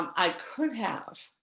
i could have.